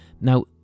now